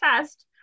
test